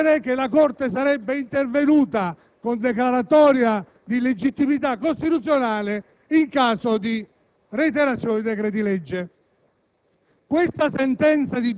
del processo legislativo che sarebbe intervenuta, con declaratoria di illegittimità costituzionale, in caso di reiterazione dei decreti-legge.